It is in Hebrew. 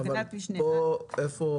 (2)ועדת חריגים כמפורט בתקנה 30(א)(3)(ב) אישרה את בקשתו